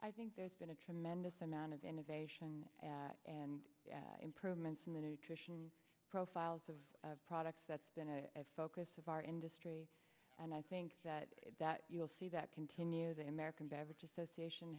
i think there's been a tremendous amount of innovation and improvements in the nutrition profiles of products that's been a focus of our industry and i think that you'll see that continue the american beverage association